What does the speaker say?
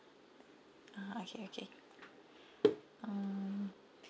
ah okay okay um